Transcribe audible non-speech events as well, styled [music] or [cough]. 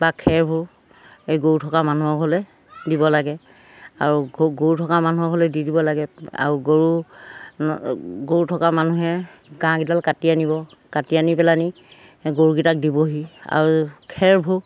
বা খেৰবোৰ এই গৰু থকা মানুহৰ ঘৰলৈ দিব লাগে আৰু গৰু থকা মানুহৰ ঘৰলৈ দি দিব লাগে আৰু গৰু [unintelligible] গৰু থকা মানুহে ঘাঁহকেইডাল কাটি আনিব কাটি আনি পেলাইহেনি গৰুকেইটাক দিবহি আৰু খেৰবোৰ